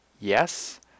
yes